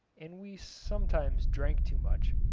and we sometimes drank too much,